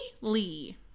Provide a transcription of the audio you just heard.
Lee